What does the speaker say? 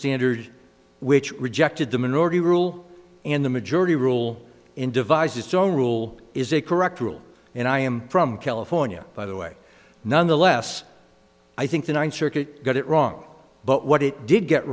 standard which rejected the minority rule and the majority rule in devizes so rule is a correct rule and i am from california by the way nonetheless i think the ninth circuit got it wrong but what it did get